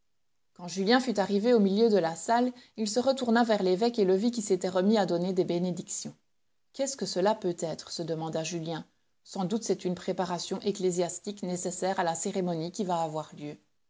quand julien fut arrivé au milieu de la salle il se retourna vers l'évêque et le vit qui s'était remis à donner des bénédictions qu'est-ce que cela peut être se demanda julien sans doute c'est une préparation ecclésiastique nécessaire à la cérémonie qui va avoir lieu